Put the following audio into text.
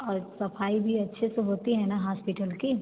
और सफ़ाई भी अच्छे से होती है ना हास्पिटल की